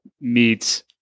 meets